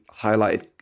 highlighted